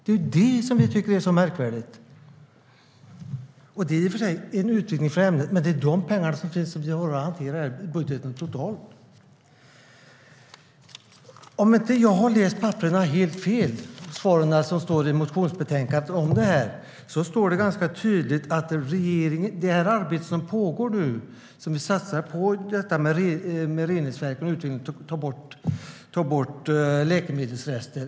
Det är det som vi tycker är så märkligt. Detta var i och för sig en utvikning från ämnet. Men det är dessa pengar som vi har att hantera i den totala budgeten. Om jag inte har läst helt fel i motionsbetänkandet om detta står det ganska tydligt om det arbete som nu pågår med satsning på rening för att få bort läkemedelsrester.